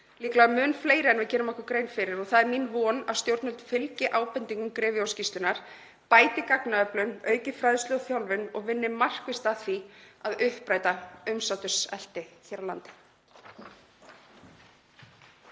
líklega mun fleiri en við gerum okkur grein fyrir. Það er mín von að stjórnvöld fylgi ábendingum GREVIO-skýrslunnar, bæti gagnaöflun, auki fræðslu og þjálfun og vinni markvisst að því að uppræta umsáturseinelti hér á landi.